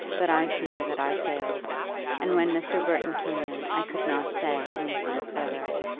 but i fear that i failed and when mr. burton came in i could not say anything further.